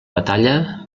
batalla